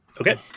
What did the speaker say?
Okay